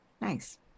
nice